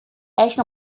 esta